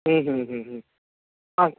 ह्म् ह्म् ह्म् अस्तु